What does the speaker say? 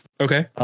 Okay